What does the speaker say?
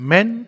Men